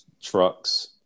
trucks